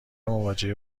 مواجهه